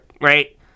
right